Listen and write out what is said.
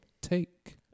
take